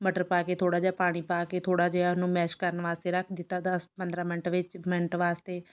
ਮਟਰ ਪਾ ਕੇ ਥੋੜ੍ਹਾ ਜਿਹਾ ਪਾਣੀ ਪਾ ਕੇ ਥੋੜ੍ਹਾ ਜਿਹਾ ਉਹਨੂੰ ਮੈਸ਼ ਕਰਨ ਵਾਸਤੇ ਰੱਖ ਦਿੱਤਾ ਦਸ ਪੰਦਰਾਂ ਮਿੰਟ ਵਿੱਚ ਮਿੰਟ ਵਾਸਤੇ